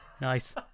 Nice